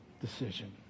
decision